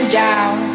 down